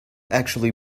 actually